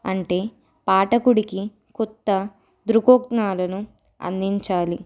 అంటే పాటకుడికి కొత్త దృక్కోణాలను అందించాలి